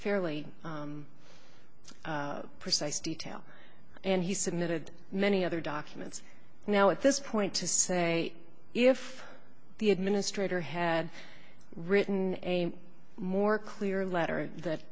fairly precise detail and he submitted many other documents now at this point to say if the administrator had written a more clear letter that